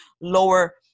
lower